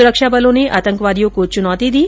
सुरक्षा बलों ने आतंकवादियों को चुनौती दी